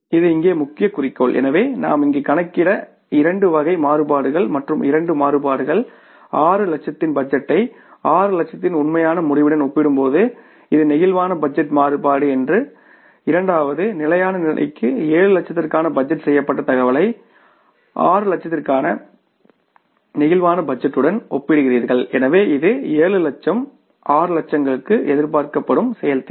இது இங்கே முக்கிய குறிக்கோள் எனவே நாம் இங்கு கணக்கிட்ட இரண்டு வகை மாறுபாடுகள் மற்றும் இந்த இரண்டு மாறுபாடுகள் 6 லட்சத்தின் பட்ஜெட்டை 6 லட்சத்தின் உண்மையான முடிவுடன் ஒப்பிடும் போது இது பிளேக்சிபிள் பட்ஜெட் மாறுபாடு என்றும் இரண்டாவது இரண்டாவது நிலையான நிலைக்கு 7 லட்சத்திற்கான பட்ஜெட் செய்யப்பட்ட தகவலை 6 லட்சத்திற்கான பிளேக்சிபிள் பட்ஜெட்டுடன் ஒப்பிடுகிறீர்கள் எனவே இது 7 லட்சம் 6 லட்சங்களுக்கு எதிர்பார்க்கப்படும் செயல்திறன்